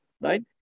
right